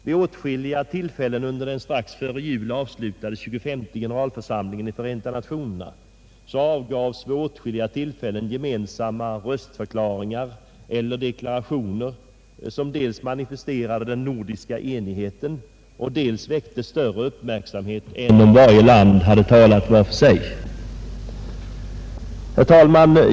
Vid åtskilliga tillfällen under den strax före jul avslutade tjugofemte generalförsamlingen i Förenta nationerna avgavs gemensamma röstförklaringar eller deklarationer som dels manifesterade den nordiska enigheten, dels väckte större uppmärksamhet än om länderna hade talat vart för sig. Herr talman!